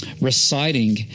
reciting